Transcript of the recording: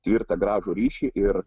tvirtą gražų ryšį ir